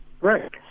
Right